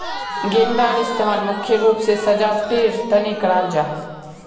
गेंदार इस्तेमाल मुख्य रूप से सजावटेर तने कराल जाहा